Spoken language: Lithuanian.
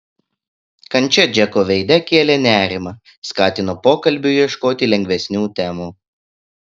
kančia džeko veide kėlė nerimą skatino pokalbiui ieškoti lengvesnių temų